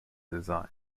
design